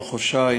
מחוז ש"י,